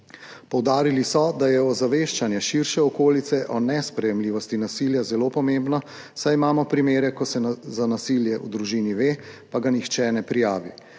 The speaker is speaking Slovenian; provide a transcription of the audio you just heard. Poudarili so, da je ozaveščanje širše okolice o nesprejemljivosti nasilja zelo pomembno, saj imamo primere, ko se za nasilje v družini ve, pa ga nihče ne prijavi.